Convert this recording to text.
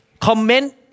comment